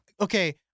okay